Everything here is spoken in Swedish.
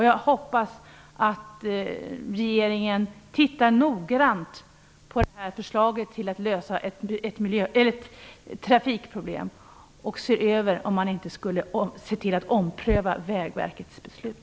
Jag hoppas att regeringen tittar noggrant på förslaget om att lösa ett trafikproblem och ser till att ompröva Vägverkets beslut.